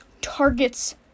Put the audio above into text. targets